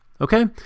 Okay